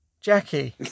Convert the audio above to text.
Jackie